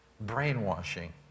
brainwashing